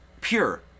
Pure